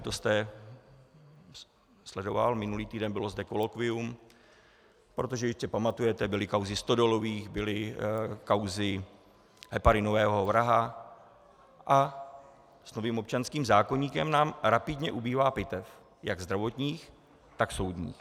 Kdo jste sledoval, minulý týden zde bylo kolokvium, protože jistě pamatujete, byly kauzy Stodolových, byly kauzy heparinového vraha, a s novým občanským zákoníkem nám rapidně ubývá pitev jak zdravotních, tak soudních.